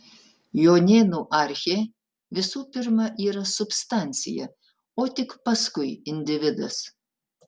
jonėnų archė visų pirma yra substancija o tik paskui individas